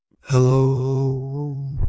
Hello